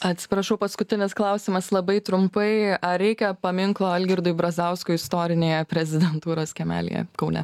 atsiprašau paskutinis klausimas labai trumpai ar reikia paminklo algirdui brazauskui istorinėje prezidentūros kiemelyje kaune